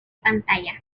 pantalla